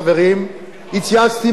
התייעצתי עם הרבה אלופים במיל'.